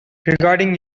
regarding